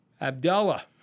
Abdullah